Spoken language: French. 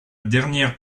dernière